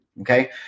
okay